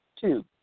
Two